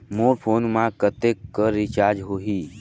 मोर phone मा कतेक कर रिचार्ज हो ही?